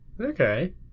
okay